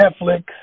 Netflix